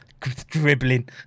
dribbling